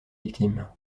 victime